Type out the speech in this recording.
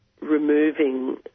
removing